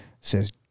says